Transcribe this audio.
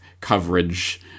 coverage